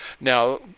Now